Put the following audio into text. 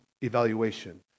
evaluation